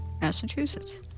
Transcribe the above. Massachusetts